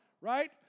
right